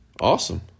Awesome